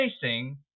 facing